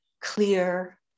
clear